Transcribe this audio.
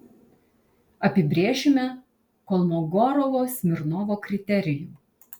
apibrėšime kolmogorovo smirnovo kriterijų